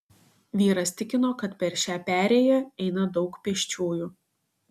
vyras tikino kad per šią perėją eina daug pėsčiųjų